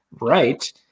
right